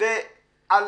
ועל